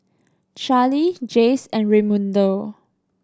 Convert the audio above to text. Charley Jace and Raymundo